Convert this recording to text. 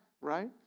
right